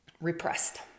repressed